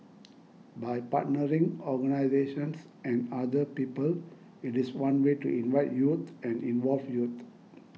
by partnering organisations and other people it is one way to invite youth and involve youth